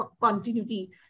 continuity